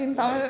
why